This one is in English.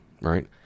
right